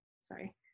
sorry